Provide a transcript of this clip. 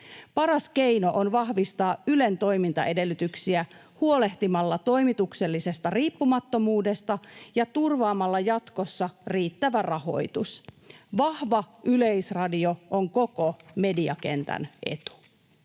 Paras keino on vahvistaa Ylen toimintaedellytyksiä huolehtimalla toimituksellisesta riippumattomuudesta ja turvaamalla jatkossa riittävä rahoitus. Vahva Yleisradio on koko mediakentän etu.